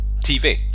TV